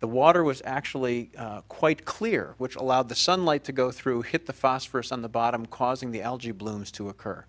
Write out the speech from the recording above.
the water was actually quite clear which allowed the sunlight to go through hit the phosphorous on the bottom causing the algae blooms to occur